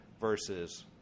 versus